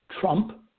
Trump